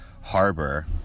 Harbor